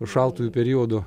šaltuoju periodu